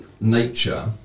nature